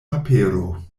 papero